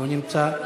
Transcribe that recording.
לא נמצא,